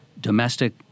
domestic